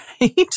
right